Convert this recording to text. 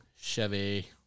Chevy